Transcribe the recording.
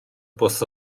bws